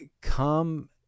come